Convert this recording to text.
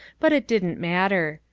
but it didn't matter.